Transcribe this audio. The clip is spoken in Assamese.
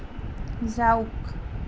যাওক